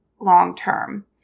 long-term